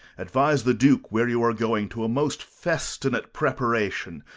advise the duke where you are going, to a most festinate preparation.